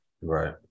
right